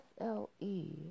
SLE